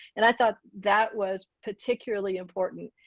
and i thought that was particularly important.